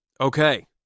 okay